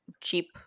cheap